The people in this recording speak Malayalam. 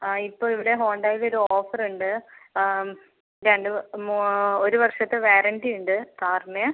ആ ഇപ്പോൾ ഇവിടെ ഹോണ്ടായിടെ ഒരു ഓഫറുണ്ട് രണ്ട് മു മോ ഒരു വർഷത്തെ വാറണ്ടിയുണ്ട് കാറിന്